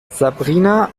sabrina